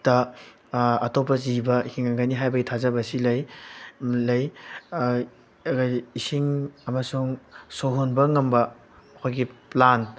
ꯇ ꯑꯇꯣꯞꯄ ꯖꯤꯕ ꯍꯤꯡꯉꯝꯒꯅꯤ ꯍꯥꯏꯕꯒꯤ ꯊꯥꯖꯕꯁꯤ ꯂꯩ ꯂꯩ ꯏꯁꯤꯡ ꯑꯃꯁꯨꯡ ꯁꯣꯔ ꯍꯣꯟꯕ ꯉꯝꯕ ꯃꯈꯣꯏꯒꯤ ꯄ꯭ꯂꯥꯟ